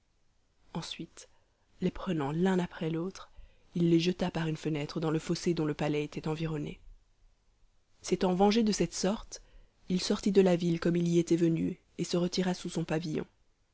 ensuite les prenant l'un après l'autre il les jeta par une fenêtre dans le fossé dont le palais était environné s'étant vengé de cette sorte il sortit de la ville comme il y était venu et se retira sous son pavillon